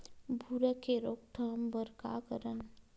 भूरा के रोकथाम बर का करन?